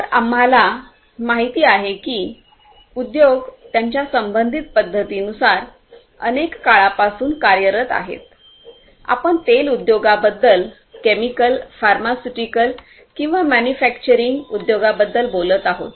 तर आम्हाला माहिती आहे की उद्योग त्यांच्या संबंधित पद्धतीनुसार अनेक काळापासून कार्यरत आहेत आपण तेल उद्योगाबद्दल केमिकल फार्मास्युटिकल किंवा मॅन्युफॅक्चरिंग उद्योगांबद्दल बोलत आहोत